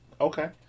Okay